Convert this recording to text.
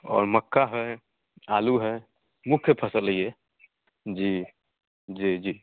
और मक्का है आलू है मुख्य फ़सल है ये जी जी जी